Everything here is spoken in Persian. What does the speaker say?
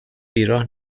بیراه